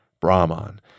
brahman